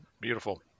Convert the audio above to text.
Beautiful